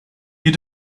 you